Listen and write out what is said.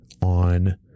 on